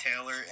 taylor